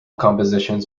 compositions